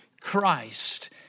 Christ